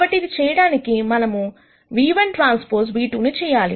కాబట్టి అది చేయడానికి మనము ν1Tν2 చేయాలి